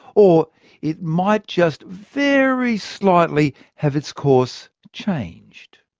or it might just very slightly have its course changed.